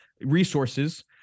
resources